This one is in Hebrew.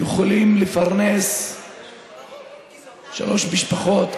יכולים לפרנס שלוש משפחות,